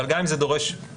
אבל גם אם זה דורש פריצה,